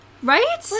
Right